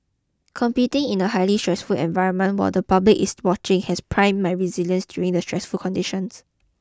competing in a highly stressful environment while the public is watching has primed my resilience during stressful conditions